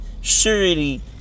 surety